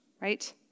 right